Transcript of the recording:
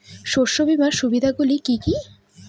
শস্য বিমার সুবিধাগুলি কি কি?